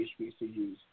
HBCUs